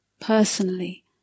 personally